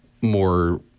more